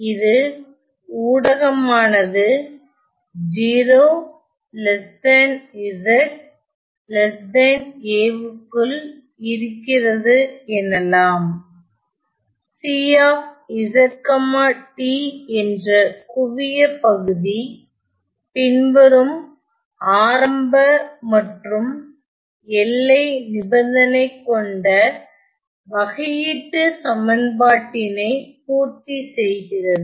இது ஊடகமானது 0 z a க்குள் இருக்கிறது எனலாம் Cz t என்ற குவியபகுதி பின்வரும் ஆரம்ப மற்றும் எல்லை நிபந்தனை கொண்ட வகையீட்டுச் சமன்பாட்டினை பூர்த்தி செய்கிறது